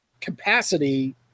capacity